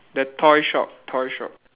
the toy shop toy shop